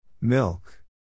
Milk